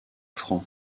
franc